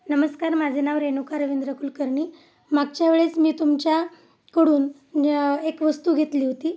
नमस्कार माझं नाव रेणुका रविंद्र कुलकर्णी मागच्या वेळेस मी तुमच्या कडून एक वस्तू घेतली होती